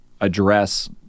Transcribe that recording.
address